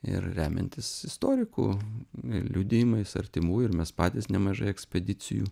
ir remiantis istorikų liudijimais artimųjų ir mes patys nemažai ekspedicijų